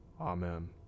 Amen